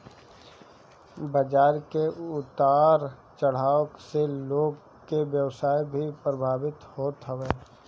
बाजार के उतार चढ़ाव से लोग के व्यवसाय भी प्रभावित होत हवे